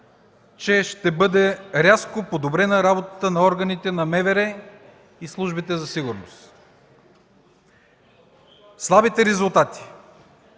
че ще бъде рязко подобрена работата на органите на МВР и службите за сигурност. Слабите резултати